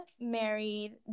married